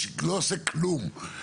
לא עושה כלום.